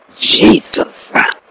Jesus